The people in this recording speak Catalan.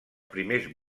primers